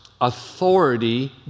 authority